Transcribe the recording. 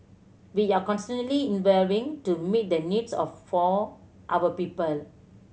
we are constantly evolving to meet the needs of for our people